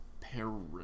parent